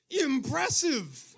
Impressive